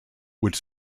which